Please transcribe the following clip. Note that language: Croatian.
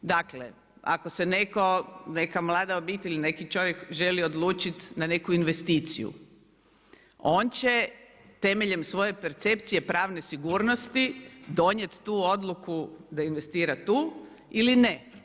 Dakle, ako se netko, neka mlada obitelj ili neki čovjek želi odlučit na neku investiciju on će temeljem svoje percepcije pravne sigurnosti donijet tu odluku da investira tu ili ne.